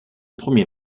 premier